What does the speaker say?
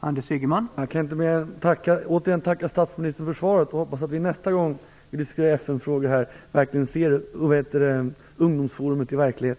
Herr talman! Jag vill återigen tacka statsministern för svaret, och jag hoppas att vi nästa gång vi diskuterar FN ser ungdomsforum förverkligat.